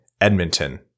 Edmonton